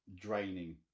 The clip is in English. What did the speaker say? draining